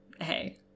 Hey